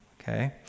okay